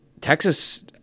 texas